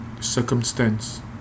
circumstance